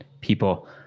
people